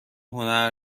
هنر